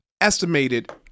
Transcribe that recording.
estimated